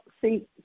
see